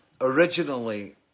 originally